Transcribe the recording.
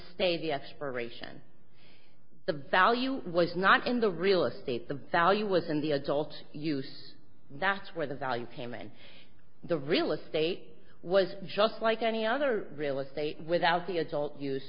stay the expiration the value was not in the real estate the value was in the adult use that's where the value came and the real estate was just like any other real estate without the adult use